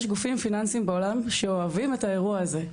ויש גופים פיננסים בעולם שאוהבים את האירוע הזה.